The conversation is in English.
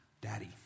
Daddy